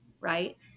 right